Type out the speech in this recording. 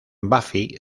buffy